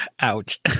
Ouch